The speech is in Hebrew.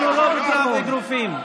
אנחנו לא בקרב אגרופים.